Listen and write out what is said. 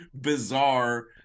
bizarre